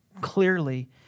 clearly